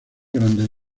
grandes